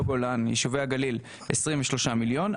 לא הגולן 23 מיליון.